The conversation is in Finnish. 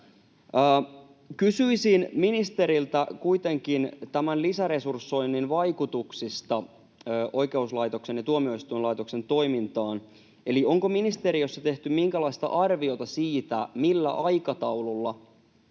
Kysyisin ministeriltä kuitenkin tämän lisäresursoinnin vaikutuksista oikeuslaitoksen ja tuomioistuinlaitoksen toimintaan. Eli onko ministeriössä tehty minkälaista arviota siitä, millä aikataululla